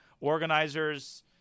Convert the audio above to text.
organizers